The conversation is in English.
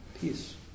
peace